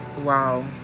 wow